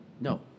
no